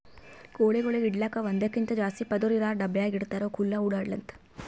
ಕೋಳಿಗೊಳಿಗ್ ಇಡಲುಕ್ ಒಂದಕ್ಕಿಂತ ಜಾಸ್ತಿ ಪದುರ್ ಇರಾ ಡಬ್ಯಾಗ್ ಇಡ್ತಾರ್ ಅವು ಖುಲ್ಲಾ ಓಡ್ಯಾಡ್ಲಿ ಅಂತ